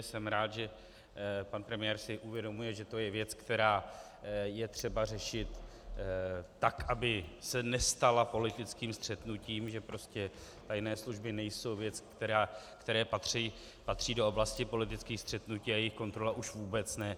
Jsem rád, že pan premiér si uvědomuje, že to je věc, kterou je třeba řešit tak, aby se nestala politickým střetnutím, že prostě tajné služby nejsou věc, které patří do oblasti politických střetnutí, a jejich kontrola už vůbec ne.